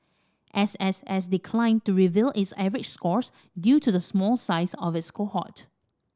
S S S declined to reveal its average scores due to the small size of its cohort